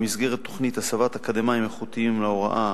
במסגרת תוכנית הסבת אקדמאים איכותיים להוראה,